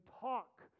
talk